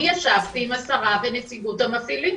אני ישבתי עם השרה ונציגות המפעילים.